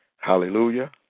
Hallelujah